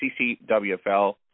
CCWFL